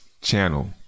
channel